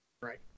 Right